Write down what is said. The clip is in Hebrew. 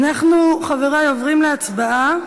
אנחנו, חברים, עוברים להצבעה.